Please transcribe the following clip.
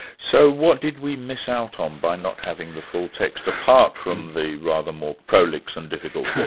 so what did we miss out on by not having the full text, apart from the rather more prolix and difficult